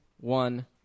one